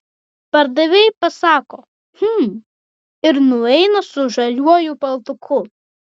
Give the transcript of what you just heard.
pardavėja pasako hm ir nueina su žaliuoju paltuku